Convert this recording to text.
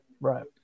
Right